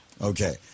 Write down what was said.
Okay